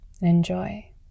Enjoy